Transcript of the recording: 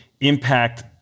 impact